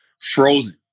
frozen